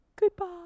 Goodbye